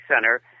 Center